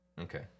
Okay